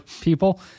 people